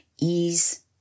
ease